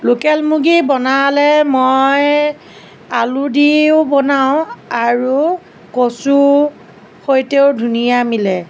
local মুৰ্গী বনালে মই আলু দিও বনাওঁ আৰু কচুৰ সৈতেও ধুনীয়া মিলে